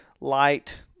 light